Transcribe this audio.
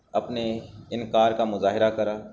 اپنے انکار کا مظاہرہ کرا